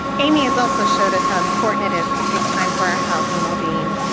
amy has also showed us how important it is to take time for our health and well-being,